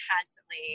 constantly